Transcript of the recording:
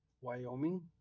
Wyoming